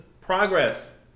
Progress